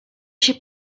się